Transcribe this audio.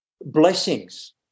blessings